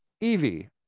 Evie